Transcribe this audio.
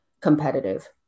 competitive